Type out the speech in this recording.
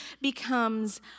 becomes